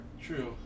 True